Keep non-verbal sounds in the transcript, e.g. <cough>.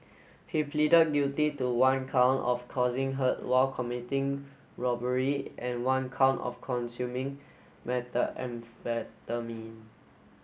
he pleaded guilty to one count of causing hurt while committing robbery and one count of consuming <unintelligible>